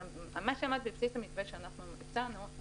מה שעמד בבסיס המתווה שאנחנו הצענו הוא